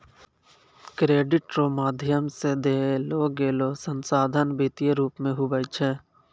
credit रो माध्यम से देलोगेलो संसाधन वित्तीय रूप मे हुवै छै